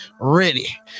ready